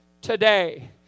today